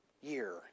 year